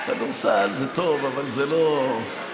כדורסל, זה טוב, אבל זה לא כדורגל.